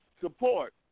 support